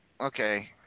Okay